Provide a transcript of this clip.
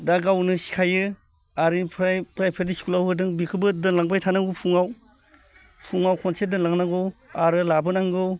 दा गावनो सिखायो आरो इनिफ्राय प्राइभेट स्कुलाव होदों बिखोबो दोनलांबाय थानांगौ फुङाव फुङाव खनसे दोनलांनांगौ आरो लाबोनांगौ